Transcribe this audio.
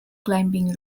climbing